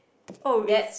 oh is